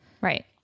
Right